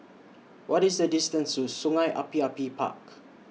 What IS The distance to Sungei Api Api Park